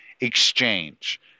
exchange